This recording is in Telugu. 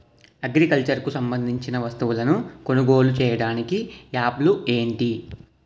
అగ్రికల్చర్ కు సంబందించిన వస్తువులను కొనుగోలు చేయటానికి యాప్లు ఏంటి?